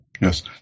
yes